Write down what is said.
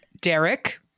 Derek